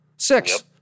Six